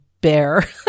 Bear